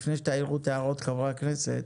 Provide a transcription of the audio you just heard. לפני שתעירו את ההערות חברי הכנסת,